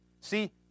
See